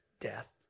death